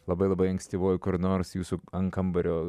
labai labai ankstyvoe kur nors jūsų ant kambario